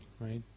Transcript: right